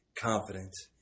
confidence